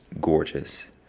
gorgeous